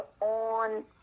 on